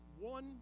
one